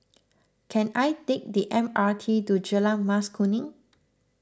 can I take the M R T to Jalan Mas Kuning